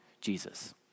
Jesus